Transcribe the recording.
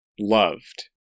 loved